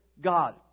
God